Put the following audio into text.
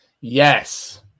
yes